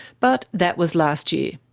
but that was last year.